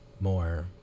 more